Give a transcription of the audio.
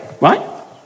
right